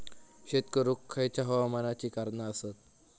शेत करुक खयच्या हवामानाची कारणा आसत?